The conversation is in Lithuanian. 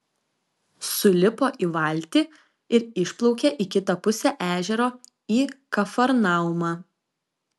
sulipo į valtį ir išplaukė į kitą pusę ežero į kafarnaumą